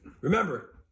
remember